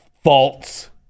False